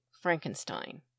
Frankenstein